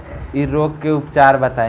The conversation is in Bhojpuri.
इ रोग के उपचार बताई?